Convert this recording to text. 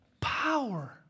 power